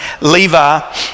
Levi